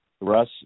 Russ